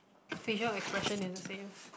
facial expression is the same